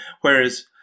Whereas